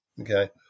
Okay